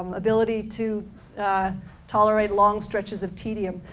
um ability to tolerate long stretches of tedium.